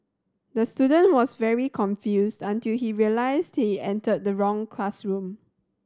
the student was very confused until he realised he entered the wrong classroom